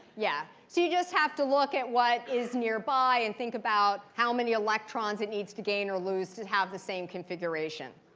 yeah, so you just have to look at what is nearby and think about how many electrons it needs to gain or lose to have the same configuration.